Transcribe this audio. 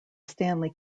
stanley